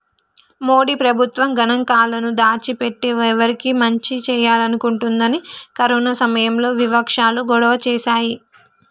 మోడీ ప్రభుత్వం గణాంకాలను దాచి పెట్టి ఎవరికి మంచి చేయాలనుకుంటుందని కరోనా సమయంలో వివక్షాలు గొడవ చేశాయి